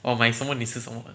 我买什么你吃什么 [what]